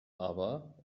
aber